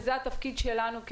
וזה התפקיד שלנו,